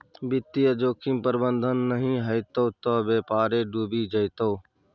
वित्तीय जोखिम प्रबंधन नहि हेतौ त बेपारे डुबि जेतौ